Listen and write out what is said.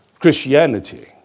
Christianity